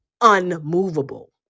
unmovable